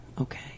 Okay